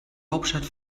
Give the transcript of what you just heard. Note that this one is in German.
hauptstadt